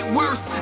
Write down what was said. worse